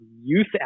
youth